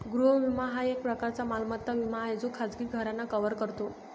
गृह विमा हा एक प्रकारचा मालमत्ता विमा आहे जो खाजगी घरांना कव्हर करतो